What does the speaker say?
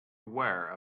aware